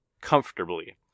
comfortably